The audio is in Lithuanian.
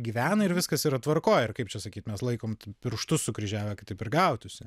gyvena ir viskas yra tvarkoj ir kaip čia sakyt mes laikom pirštus sukryžiavę kad taip ir gautųsi